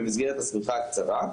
במסגרת השמיכה הקצרה,